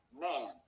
man